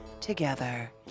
together